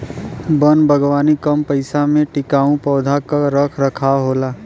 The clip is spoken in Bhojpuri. वन बागवानी कम पइसा में टिकाऊ पौधा क रख रखाव होला